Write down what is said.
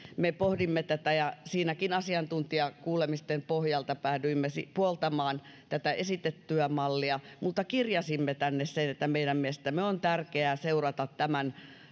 me pohdimme tätä ja siinäkin asiantuntijakuulemisten pohjalta päädyimme puoltamaan esitettyä mallia mutta kirjasimme tänne sen että meidän mielestämme on tärkeää seurata tämän